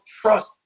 trust